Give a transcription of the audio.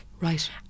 Right